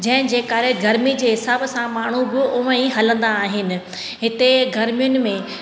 जंहिंजे करे गर्मी जे हिसाब सां माण्हू बि हूअं ई हलंदा आहिनि हिते गर्मियुनि में